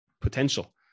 potential